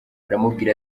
aramubwira